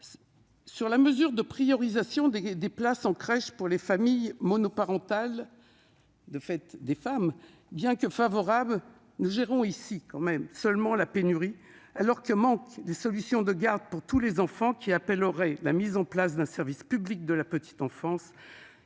de la mesure de priorisation des places en crèche pour les familles monoparentales- de fait, des femmes -, nous y sommes favorables. Mais il faut bien dire que nous gérons seulement la pénurie alors que manquent des solutions de garde pour tous les enfants. Cela appellerait la mise en place d'un service public de la petite enfance,